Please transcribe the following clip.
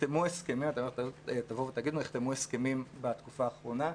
אתם תבואו ותגידו שנחתמו הסכמים בתקופה האחרונה,